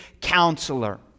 counselor